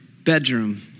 bedroom